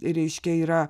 reiškia yra